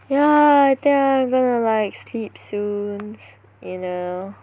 yeah I think I'm gonna like sleep soon you know